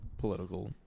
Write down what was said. political